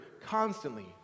constantly